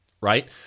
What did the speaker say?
right